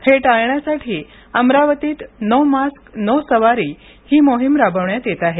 हे टाळण्यासाठी अमरावतीत नो मास्क नो सवारी ही मोहीम राबवण्यात येत आहे